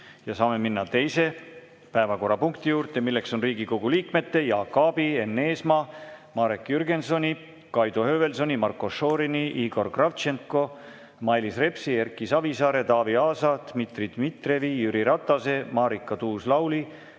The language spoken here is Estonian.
Saame minna teise päevakorrapunkti juurde, milleks on Riigikogu liikmete Jaak Aabi, Enn Eesmaa, Marek Jürgensoni, Kaido Höövelsoni, Marko Šorini, Igor Kravtšenko, Mailis Repsi, Erki Savisaare, Taavi Aasa, Dmitri Dmitrijevi, Jüri Ratase, Marika Tuus-Lauli,